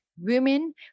women